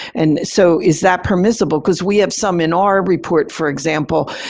and so, is that permissible because we have some in our report, for example,